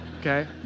okay